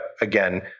again